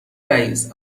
رئیس